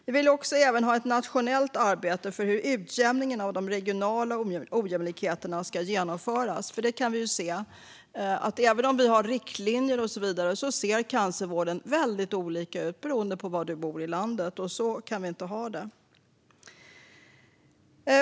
Vi vill även att ett nationellt arbete för utjämning av de regionala ojämlikheterna ska genomföras. Även om det finns riktlinjer och så vidare ser cancervården nämligen väldigt olika ut beroende på var i landet man bor. Så kan vi inte ha det.